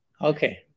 Okay